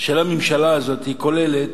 של הממשלה הזאת כוללת